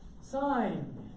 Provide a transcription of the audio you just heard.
sign